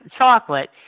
chocolate